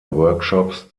workshops